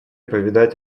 повидать